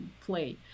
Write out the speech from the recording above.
play